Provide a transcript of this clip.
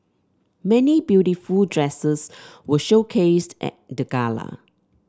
many beautiful dresses were showcased at the gala